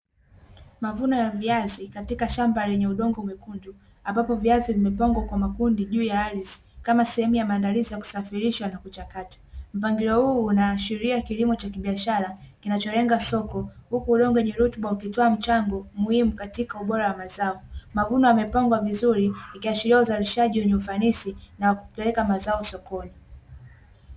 Mavuno ya viazi katika shamba lenye udongo mwekundu ambapo viazi vimepangwa kwa makundi juu ya ardhi kama sehemu ya maandalizi ya kusafirishwa na kuchakatwa, mpangilio huu unaashiria kilimo cha kibiashara kinacholenga soko huku udongo ukitoa mchango muhimu katika ubora wa mazao mavuno yamepangwa vizuri ikiashiria uzalishaji wenye ufanisi na kupeleka mazao sokoni.